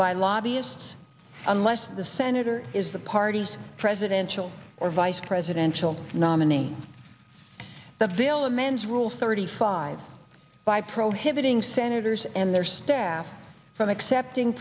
by lobbyists unless the senator is the party's presidential or vice presidential nominee the veil a man's rule thirty five by prohibiting senators and their staff from accepting